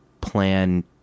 plan